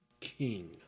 king